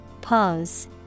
Pause